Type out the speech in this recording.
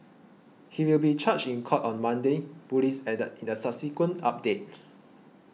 he will be charged in court on Monday police added in a subsequent update